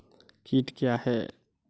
कीट क्या है?